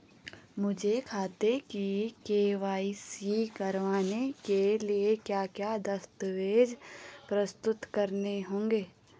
मुझे खाते की के.वाई.सी करवाने के लिए क्या क्या दस्तावेज़ प्रस्तुत करने होंगे?